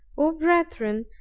o brethren,